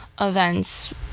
events